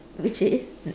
which is